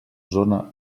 zona